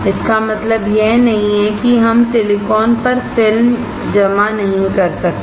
इसका मतलब यह नहीं है कि हम सिलिकॉन पर फिल्म जमा नहीं कर सकते